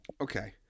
okay